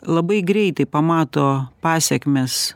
labai greitai pamato pasekmes